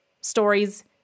stories